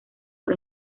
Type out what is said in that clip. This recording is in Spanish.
por